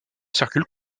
circulent